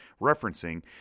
referencing